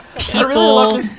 People